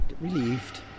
relieved